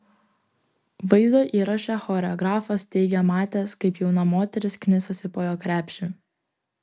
vaizdo įraše choreografas teigė matęs kaip jauna moteris knisasi po jo krepšį